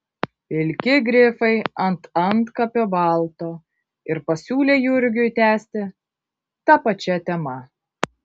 pilki grifai ant antkapio balto ir pasiūlė jurgiui tęsti ta pačia tema